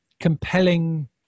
compelling